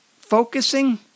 focusing